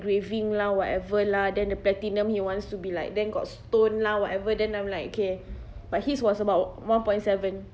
engraving lah whatever lah then the platinum he wants to be like then got stone lah whatever then I'm like okay but his was about one point seven